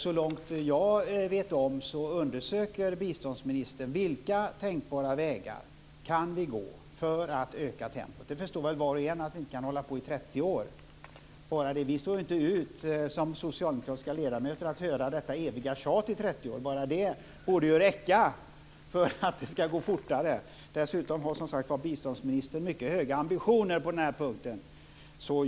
Så långt jag vet undersöker biståndsministern nya tänkbara vägar för att öka tempot. Det förstår väl var och en att vi inte kan hålla på i 30 år. Som socialdemokratiska ledamöter skulle vi inte stå ut med att höra detta eviga tjat i 30 år. Bara det borde ju räcka för att det ska gå fortare. Dessutom har biståndsministern mycket höga ambitioner på den här punkten.